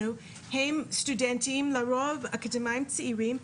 לרוב הם סטודנטים לרוב, אקדמאים צעירים.